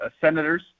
senators